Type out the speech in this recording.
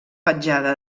petjada